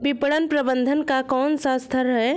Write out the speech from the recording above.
विपणन प्रबंधन का कौन सा स्तर है?